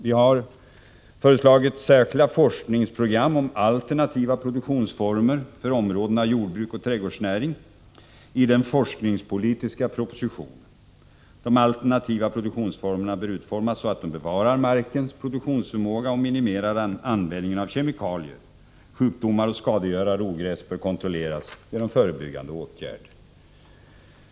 Vi har föreslagit särskilda forskningprogram om alternativa produktionsformer för områdena jordbruk och trädgårdsnäring i den forskningspolitiska propositionen. De alternativa produktionsformerna bör utformas så att de bevarar markens produktionsförmåga och minimerar användningen av kemikalier. Sjukdomar, skadegörare och ogräs bör kontrolleras genom förebyggande åtgärder.